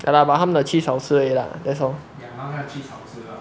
ya lah but 他们的 cheese 好吃而已啦:hao chi er yi lah that's all